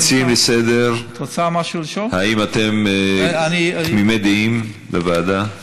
המציעים לסדר-היום, האם אתם תמימי דעים על הוועדה?